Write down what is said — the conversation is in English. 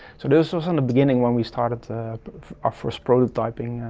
so this was in the beginning when we started our first prototyping,